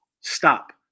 Stop